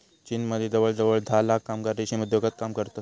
चीनमदी जवळजवळ धा लाख कामगार रेशीम उद्योगात काम करतत